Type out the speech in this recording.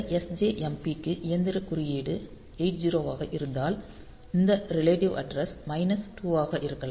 இந்த sjmp க்கு இயந்திரக் குறியீடு 80 ஆக இருந்தால் இந்த ரிலேட்டிவ் அட்ரஸ் மைனஸ் 2 ஆக இருக்கலாம்